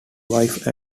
wife